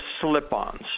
slip-ons